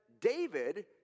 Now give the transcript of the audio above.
David